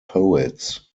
poets